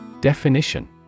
Definition